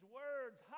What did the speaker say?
words